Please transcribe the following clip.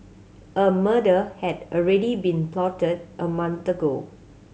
a murder had already been plotted a month ago